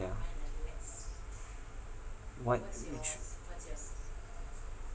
ya what each